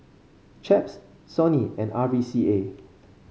Chaps Sony and R V C A